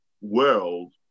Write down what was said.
world